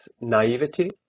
naivety